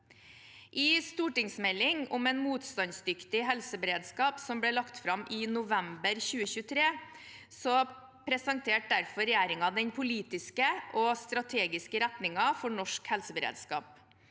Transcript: I stortingsmeldingen om en motstandsdyktig helseberedskap, som ble lagt fram i november 2023, presenterte derfor regjeringen den politiske og strategiske retningen for norsk helseberedskap.